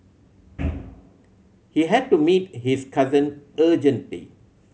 he had to meet his cousin urgently